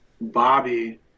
Bobby